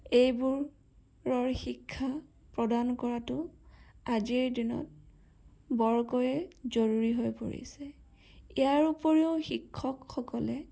এইবোৰৰ শিক্ষা প্ৰদান কৰাতো আজিৰ দিনত বৰকৈয়ে জৰুৰী হৈ পৰিছে ইয়াৰ উপৰিও শিক্ষকসকলে